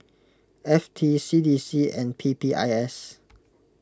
F T C D C and P P I S